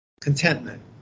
contentment